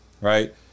right